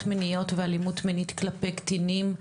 מיניות ואלימות מינית כלפיי קטינים,